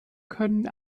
können